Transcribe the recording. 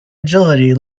agility